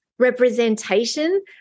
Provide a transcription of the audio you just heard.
representation